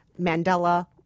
Mandela